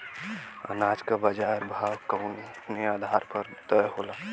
अनाज क बाजार भाव कवने आधार पर तय होला?